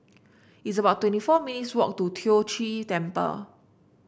it's about twenty four minutes' walk to Tiong Ghee Temple